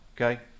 Okay